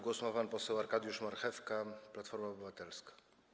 Głos ma pan poseł Arkadiusz Marchewka, Platforma Obywatelska.